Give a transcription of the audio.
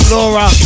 Laura